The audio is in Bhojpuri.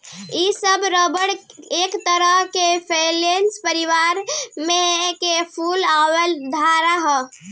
इ सब रबर एक तरह के स्परेज परिवार में के फूल वाला पौधा ह